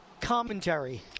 commentary